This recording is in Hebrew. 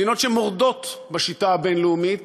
מדינות שמורדות בשיטה הבין-לאומית